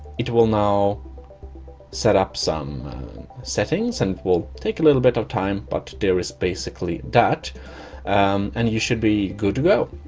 it will now set up some settings and we'll take a little bit of time, but there is basically that and you should be good to go